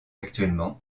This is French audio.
actuellement